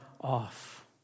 off